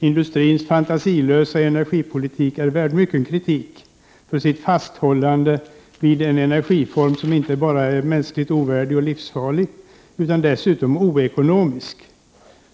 Industrins fantasilösa energipolitik är värd mycken kritik för sitt fasthållande vid en energiform som inte bara är mänskligt ovärdig och livsfarlig utan dessutom oekonomisk.